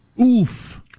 Oof